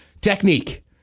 technique